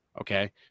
Okay